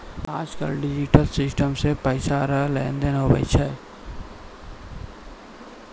आज कल digital system से पैसा रो लेन देन हुवै छै